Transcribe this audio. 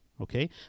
okay